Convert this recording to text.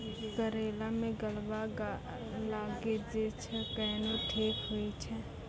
करेला मे गलवा लागी जे छ कैनो ठीक हुई छै?